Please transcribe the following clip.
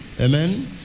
Amen